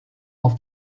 auf